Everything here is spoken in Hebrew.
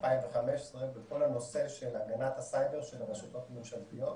וכל הנושא של הגנת הסייבר של הרשתות הממשלתיות,